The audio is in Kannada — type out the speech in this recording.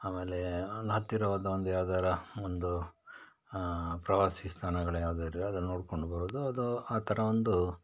ಆಮೇಲೆ ಒಂದು ಹತ್ತಿರ ಹೋದ ಒಂದು ಯಾವ್ದಾರ ಒಂದು ಪ್ರವಾಸಿ ಸ್ಥಾನಗಳು ಯಾವ್ದಾದ್ರಿದ್ರೆ ಅದನ್ನ ನೋಡ್ಕೊಂಡು ಬರೋದು ಅದು ಆ ಥರ ಒಂದು